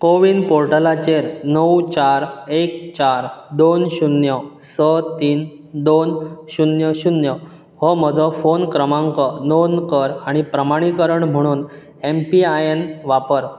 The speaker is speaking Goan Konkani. कॉविन पॉर्टलाचेर णव चार एक चार दोन शुन्य स तीन दोन शुन्य शुन्य हो म्हजो फोन क्रमांक नोंद कर आनी प्रमाणीकरण म्हुणून एम पी आय एन वापर